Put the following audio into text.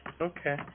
Okay